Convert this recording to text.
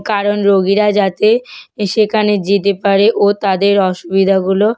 কারণ রোগীরা যাতে সেখানে যেতে পারে ও তাদের অসুবিধাগুলো